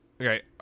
Okay